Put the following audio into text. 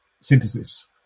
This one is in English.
synthesis